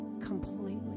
completely